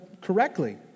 correctly